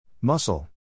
Muscle